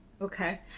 Okay